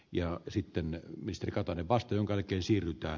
ja sitten ne mistä otan vastaan kaiken siirtää